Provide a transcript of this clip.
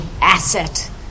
asset